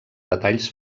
detalls